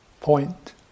point